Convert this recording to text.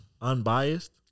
Unbiased